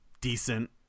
decent